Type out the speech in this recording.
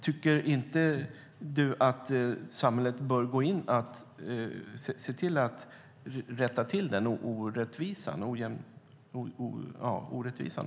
Tycker du inte att samhället bör rätta till den orättvisan?